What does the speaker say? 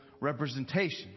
representation